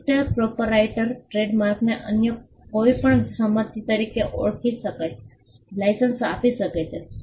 registered proprietor ટ્રેડમાર્કને અન્ય કોઈપણ સંપત્તિ તરીકે સોંપી અથવા લાઇસન્સ આપી શકે છે